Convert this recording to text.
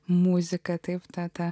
muzika taip teta